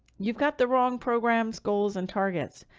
you've got the wrong programs, goals and targets.